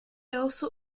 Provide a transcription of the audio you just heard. also